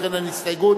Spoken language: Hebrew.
לכן אין הסתייגות.